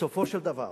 בסופו של דבר,